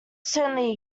certainly